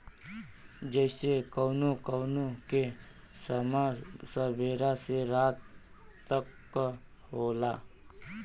जइसे कउनो कउनो के समय सबेरा से रात तक क होला